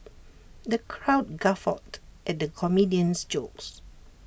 the crowd guffawed at the comedian's jokes